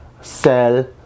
sell